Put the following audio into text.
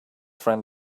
friend